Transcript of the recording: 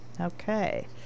Okay